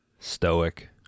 Stoic